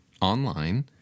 online